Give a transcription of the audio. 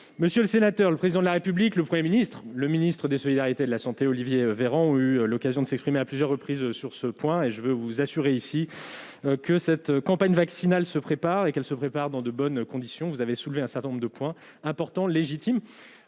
Monsieur le sénateur, le Président de la République, le Premier ministre et le ministre des solidarités et de la santé, Olivier Véran, ont eu l'occasion de s'exprimer à plusieurs reprises sur ce point. Je veux vous assurer que cette campagne vaccinale se prépare, et dans de bonnes conditions. Vous avez soulevé un certain nombre de points importants et légitimes